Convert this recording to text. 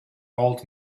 old